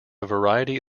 variety